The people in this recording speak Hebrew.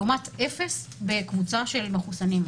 לעומת 0 בקבוצה של המחוסנים.